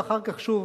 ואחר כך שוב